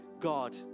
God